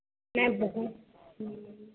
से हेतै हँ